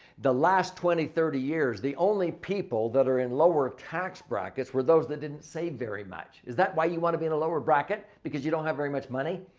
the last twenty, thirty years, the only people that are in lower tax brackets were those that didn't save very much. is that why you want to be in a lower bracket, because you don't have very much money?